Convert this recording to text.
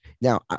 Now